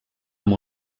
amb